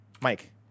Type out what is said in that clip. Mike